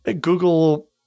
Google